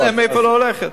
אין.